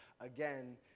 again